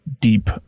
deep